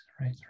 right